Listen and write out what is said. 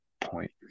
point